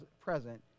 present